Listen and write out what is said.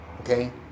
Okay